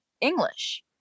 English